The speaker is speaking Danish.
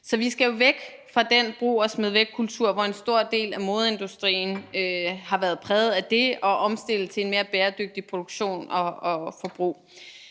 Så vi skal jo væk fra den brug og smid væk-kultur, som en stor del af modeindustrien har været præget af, og omstille til en mere bæredygtig produktion og et